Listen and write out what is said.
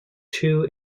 two